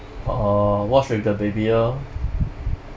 err watch with the baby lor